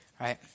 right